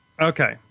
Okay